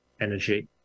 energy